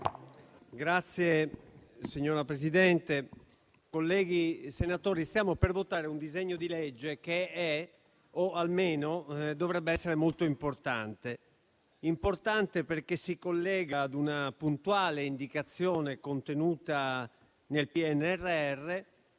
Signor Presidente, colleghi senatori, stiamo per votare un disegno di legge che è o, almeno, dovrebbe essere molto importante: importante perché si collega ad una puntuale indicazione contenuta nel PNNR